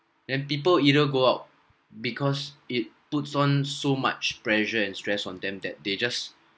then people either go out because it puts on so much pressure and stress on them that they just